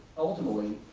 ultimately,